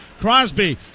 Crosby